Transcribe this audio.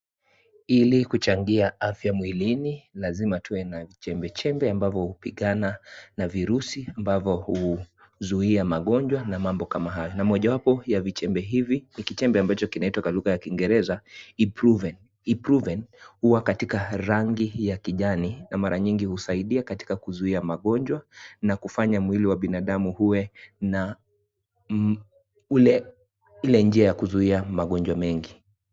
Ili kuchangia afya mwilini lazima tuwe na chembechembe ambavo hupigana na virusi ambavo huzuia magonjwa na mambo kama hayo , na moja wapo ya vichembe hivi ni kichembe ambacho kinaitwa kwa lugha kingereza Iprufen , iprufen huwa katika rangi ya kijani na mara nyingi husaidia katika kuzuia magonjwa na kufanya mwili wa binadamu ule na ule ile njia ya kuzuia magonjwa mengi.